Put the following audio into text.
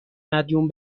مدیون